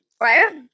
Right